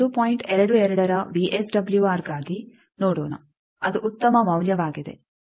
22ರ ವಿಎಸ್ಡಬ್ಲ್ಯೂಆರ್ಗಾಗಿ ನೋಡೋಣ ಅದು ಉತ್ತಮ ಮೌಲ್ಯವಾಗಿದೆ ಗಾಮಾ ಗರಿಷ್ಟವು 0